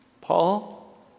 Paul